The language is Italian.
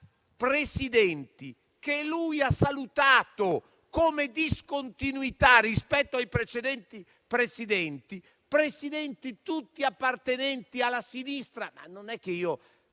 Presidenti che Maduro ha salutato come discontinuità rispetto ai precedenti Presidenti, e sono tutti appartenenti alla sinistra.